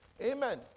Amen